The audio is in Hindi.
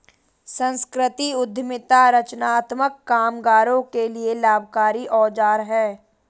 संस्कृति उद्यमिता रचनात्मक कामगारों के लिए लाभकारी औजार है